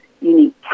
unique